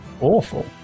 awful